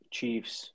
Chiefs